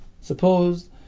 Suppose